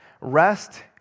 Rest